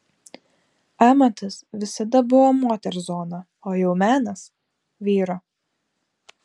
amatas visada buvo moters zona o jau menas vyro